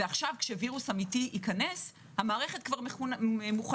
ועכשיו כשווירוס אמיתי ייכנס, המערכת כבר מצוידת.